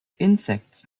insects